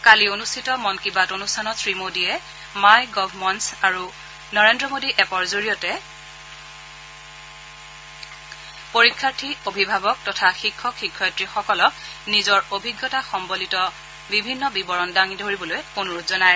কালি অনুষ্ঠিত মন কী বাত অনুষ্ঠানত শ্ৰীমোডীয়ে মাইগভ মঞ্চ আৰু নৰেন্দ্ৰ মোডী এপৰ জৰিয়তে পৰিক্ষাৰ্থী অভিভাৱক তথা শিক্ষক শিক্ষয়িত্ৰীসকলক নিজৰ অভিজ্ঞতাৰ বিৱৰণ দিবলৈ অনুৰোধ জনায়